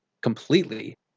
completely